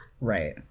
right